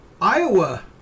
Iowa